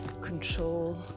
control